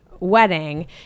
wedding